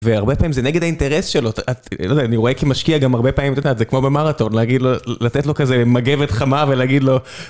והרבה פעמים זה נגד האינטרס שלו, אתה, אני לא יודע, אני רואה כי משקיע גם הרבה פעמים, אתה יודע, זה כמו במרתון, להגיד לו, לתת לו כזה מגבת חמה ולהגיד לו...